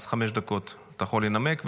חמש דקות אתה יכול לנמק,